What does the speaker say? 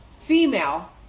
female